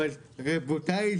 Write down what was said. אבל רבותי,